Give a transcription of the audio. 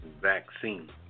vaccine